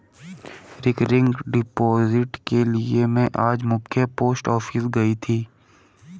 recurring deposit के लिए में आज मख्य पोस्ट ऑफिस गयी थी